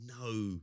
No